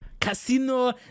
Casino